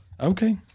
Okay